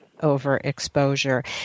overexposure